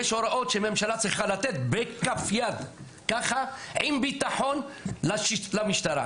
יש הוראות שהממשלה צריכה לתת בכף יד ועם ביטחון למשטרה.